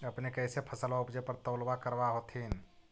अपने कैसे फसलबा उपजे पर तौलबा करबा होत्थिन?